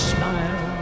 Smile